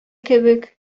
кебек